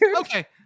Okay